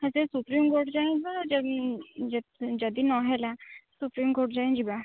ହଁ ସେ supreme court ଯାଏଁ ଯିବା ଆଉ ଯଦି ନ ହେଲା ସୁପ୍ରିମ୍ କୋର୍ଟ ଯାଏଁ ଯିବା